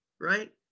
right